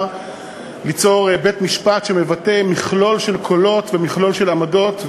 ליצור בית-משפט שמבטא מכלול של קולות ומכלול של עמדות.